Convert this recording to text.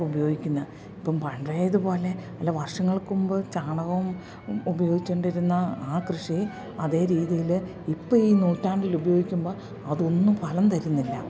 ഉപയോഗിക്കുന്നത് ഇപ്പം പഴയതുപോലെ അല്ല വർഷങ്ങൾക്ക് മുൻപ് ചാണകവും ഉപയോഗിച്ചുകൊണ്ടിരുന്ന ആ കൃഷി അതേ രീതിയില് ഇപ്പം ഈ നൂറ്റാണ്ടിലുപയോഗിക്കുമ്പം അതൊന്നും ഫലം തരുന്നില്ല